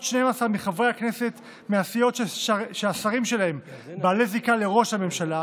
12 מחברי הכנסת מהסיעות שהשרים שלהן בעלי זיקה לראש הממשלה,